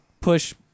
push